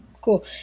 Cool